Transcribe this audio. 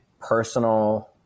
personal